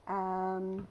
um